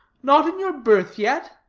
not in your berth yet?